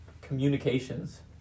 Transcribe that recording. communications